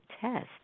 test